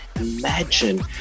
imagine